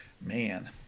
Man